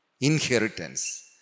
inheritance